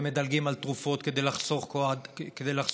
ומדלגים על תרופות כדי לחסוך בכסף.